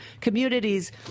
communities